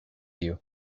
you